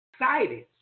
excited